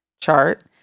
chart